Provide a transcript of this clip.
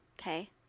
okay